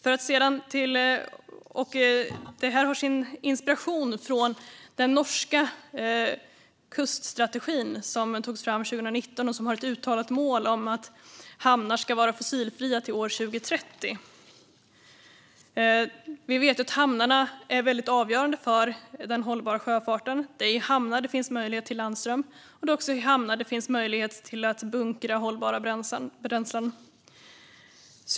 Inspirationen kommer från den norska kuststrategin från 2019 med ett uttalat mål om att hamnar ska vara fossilfria till 2030. Vi vet att hamnarna är avgörande för den hållbara sjöfarten. Det är i hamnarna det finns möjlighet till landström och till att bunkra hållbara bränslen.